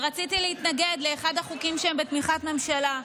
ורציתי להתנגד לאחד החוקים שהם בתמיכת ממשלה.